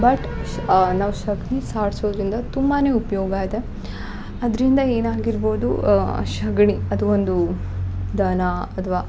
but ನಾವು ಸಗ್ಣಿ ಸಾರ್ಸೋದ್ರಿಂದ ತುಂಬಾನೆ ಉಪಯೋಗ ಇದೆ ಅದರಿಂದ ಏನಾಗಿರ್ಬೌದು ಸಗಣಿ ಅಥವ ಒಂದೂ ದನ ಅಥ್ವಾ